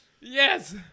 Yes